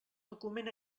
document